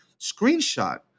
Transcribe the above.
screenshot